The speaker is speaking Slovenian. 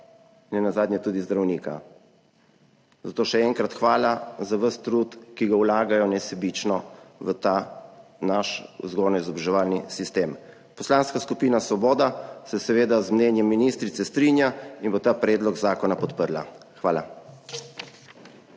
nenazadnje tudi zdravnika. Zato še enkrat hvala za ves trud, ki ga vlagajo nesebično v ta naš vzgojno izobraževalni sistem. Poslanska skupina Svoboda se seveda z mnenjem ministrice strinja in bo ta predlog zakona podprla. Hvala.